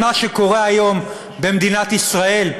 על מה שקורה היום במדינת ישראל,